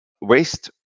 waste